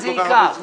לא.